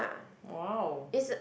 !wow!